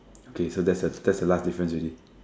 okay so that's the that's the last difference already